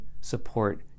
support